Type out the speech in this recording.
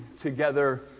together